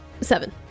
Seven